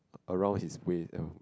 around his waist